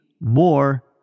more